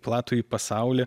platųjį pasaulį